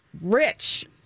rich